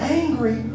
angry